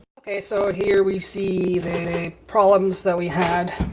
okay, so ah here we see the problems that we had,